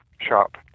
shop